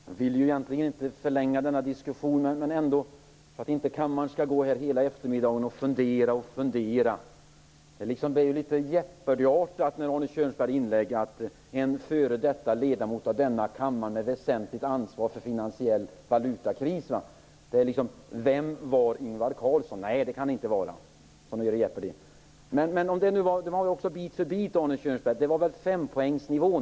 Herr talman! Jag vill egentligen inte förlänga denna diskussion. Men jag gör det för att inte kammaren skall gå här hela eftermiddagen och fundera. Det är liksom litet Jeopardy-artat när Arne Kjörnsberg i sitt inlägg säger att en före detta ledamot av denna kammare är väsentligt ansvarig för en finansiell valutakris. Skall man, som de gör i Jeopardy, svara: Vem var Ingvar Carlsson? Nej, det kan det inte vara. Men det var också Bit för bit, Arne Kjörnsberg. Det var väl fempoängsnivån.